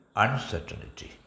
uncertainty